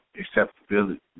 acceptability